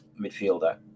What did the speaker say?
midfielder